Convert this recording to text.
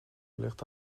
ligt